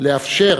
לאפשר